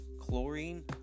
Chlorine